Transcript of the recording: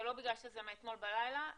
זה לא בגלל שזה מאתמול בלילה,